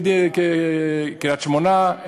כדין קריית-שמונה.